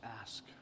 ask